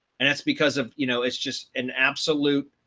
and that's because of you know, it's just an absolute